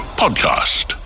podcast